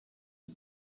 the